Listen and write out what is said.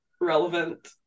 relevant